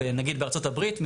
נגיד בארצות הברית,